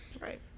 Right